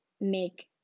make